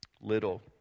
little